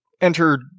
enter